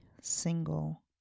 single